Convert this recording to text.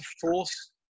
force